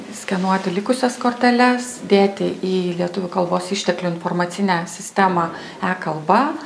skenuoti likusias korteles dėti į lietuvių kalbos išteklių informacinę sistemą e kalba